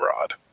rod